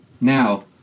Now